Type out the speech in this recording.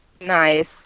nice